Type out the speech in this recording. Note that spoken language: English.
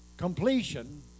Completion